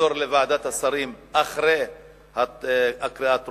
לחזור לוועדת השרים אחרי הקריאה הטרומית,